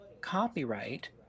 copyright